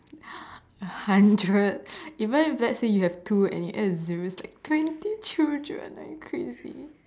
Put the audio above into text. a hundred even if let's say you have two and you add a zero it's like twenty children are you crazy